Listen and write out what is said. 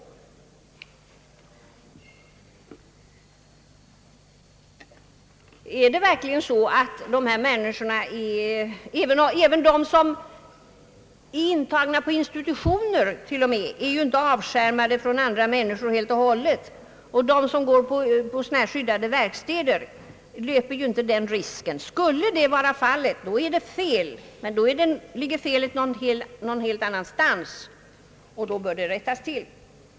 Inte ens de människor som är intagna på institutioner är helt och hållet avskärmade från andra människor, och de som arbetar på skyddade verkstäder löper inte den risken. Skulle så vara fallet, är det fel, men då ligger felet på något annat ställe och bör rättas till.